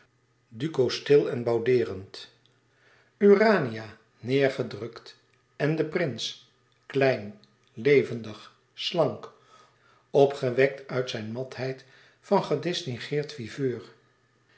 duco stil en boudeerend urania neêrgedrukt en de prins klein levendig slank opgewekt uit zijne matheid van gedistingeerd viveur